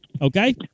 Okay